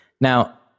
Now